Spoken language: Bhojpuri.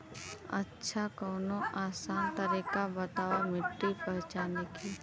अच्छा कवनो आसान तरीका बतावा मिट्टी पहचाने की?